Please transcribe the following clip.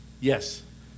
Yes